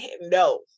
no